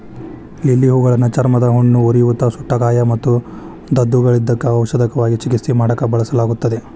lily ಹೂಗಳನ್ನ ಚರ್ಮದ ಹುಣ್ಣು, ಉರಿಯೂತ, ಸುಟ್ಟಗಾಯ ಮತ್ತು ದದ್ದುಗಳಿದ್ದಕ್ಕ ಔಷಧವಾಗಿ ಚಿಕಿತ್ಸೆ ಮಾಡಾಕ ಬಳಸಲಾಗುತ್ತದೆ